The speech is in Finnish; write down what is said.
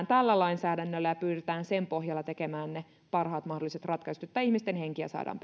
tällä lainsäädännöllä ja pyritään sen pohjalta tekemään ne parhaat mahdolliset ratkaisut jotta ihmisten henkiä saadaan